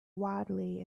wildly